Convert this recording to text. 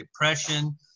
depression